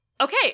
Okay